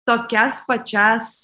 tokias pačias